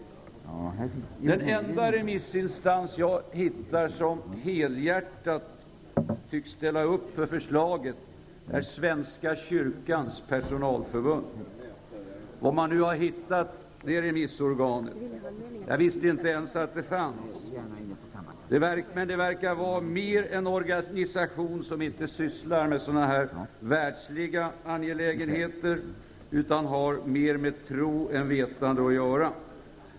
Den enda remissinstans som jag har hittat som helhjärtat tycks ställa upp för förslaget är Svenska Kyrkans Personalförbund -- var man nu har hittat det remissorganet; jag visste inte ens att det fanns. Men det verkar vara en organisation som inte sysslar med sådana här världsliga angelägenheter utan har mer med tro än med vetande att göra.